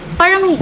parang